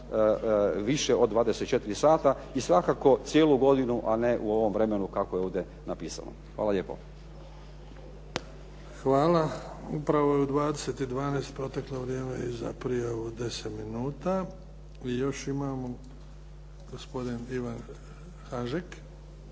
više od 24,00 sata i svakako cijelu godinu, a ne u ovom vremenu kako je ovdje napisano. Hvala lijepo. **Bebić, Luka (HDZ)** Hvala. Upravo je u 20 i 12 proteklu za prijavu od 10 minuta. I još imamo gospodin Ivan Hanžek.